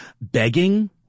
begging